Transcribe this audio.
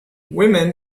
women